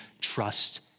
trust